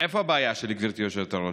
איפה הבעיה שלי, גברתי היושבת-ראש?